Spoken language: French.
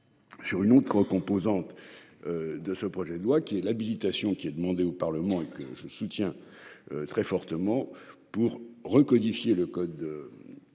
Sur une autre composante. De ce projet de loi qui est l'habilitation qui est demandé au Parlement et que je soutiens. Très fortement pour recodification code.